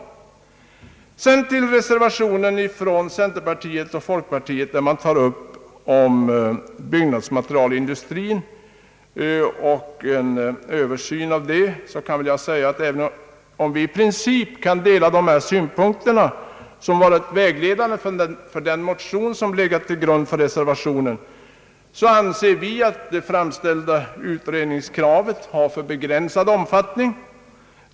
I en reservation som avgivits av representanter för centerpartiet och folkpartiet har begärts utredning angående byggnadsmaterialindustrin. även om vi i princip kan dela de synpunkter som varit vägledande i den motion som legat till grund för denna reservation, anser vi att det framställda yrkandet om utredning har en alltför begränsad omfattning.